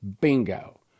Bingo